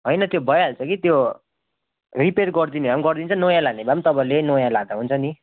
होइन त्यो भइहाल्छ कि त्यो रिपेयर गरिदिने भए गरिदिन्छ नयाँ लाने भए तपाईँले नयाँ लाँदा हुन्छ नि